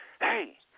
hey